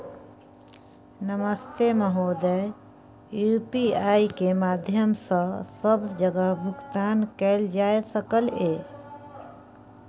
नमस्ते महोदय, यु.पी.आई के माध्यम सं सब जगह भुगतान कैल जाए सकल ये?